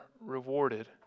rewarded